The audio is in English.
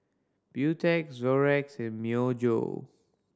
Beautex Zorex and Myojo